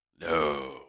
No